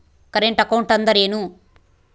Current account ಅಂದರೇನು?